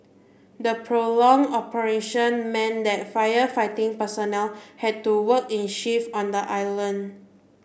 the prolonged operation meant that firefighting personnel had to work in shifts on the island